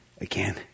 again